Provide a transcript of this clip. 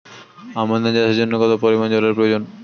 আমন ধান চাষের জন্য কত পরিমান জল এর প্রয়োজন?